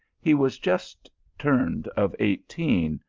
he was just turned of eighteen,